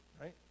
right